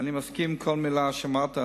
אני מסכים עם כל מלה שאמרת,